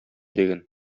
диген